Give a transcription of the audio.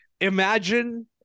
imagine